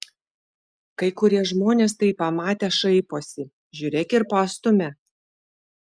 kai kurie žmonės tai pamatę šaiposi žiūrėk ir pastumia